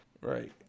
Right